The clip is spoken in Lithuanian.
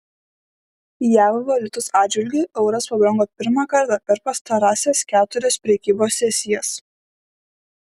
jav valiutos atžvilgiu euras pabrango pirmą kartą per pastarąsias keturias prekybos sesijas